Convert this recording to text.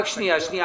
12:22) שגית,